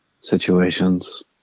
situations